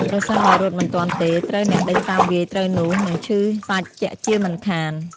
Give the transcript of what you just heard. ប្រសិនបើរត់មិនទាន់ទេ ត្រូវអ្នកដេញតាមវាយត្រូវនោះនឹងឈឺសាច់ជាក់ជាមិនខាន។